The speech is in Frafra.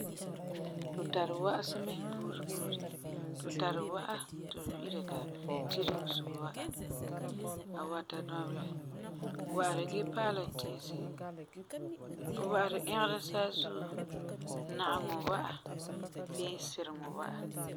Tu tari wa'asi mɛ buuri buuri. Tu tari wa'a ti tu wi'ira ka tireseŋo wa'a, a wa ta dɔbelɛ, wa'ara gee pa'ala tinsi, wa'ara ɛgera saazuugo, nageŋɔ wa'a bii sireŋɔ wa'a.